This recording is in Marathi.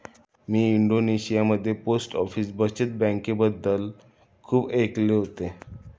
मी इंडोनेशियामध्ये पोस्ट ऑफिस बचत बँकेबद्दल खूप ऐकले होते